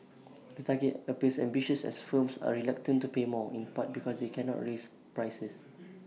the target appears ambitious as firms are reluctant to pay more in part because they cannot raise prices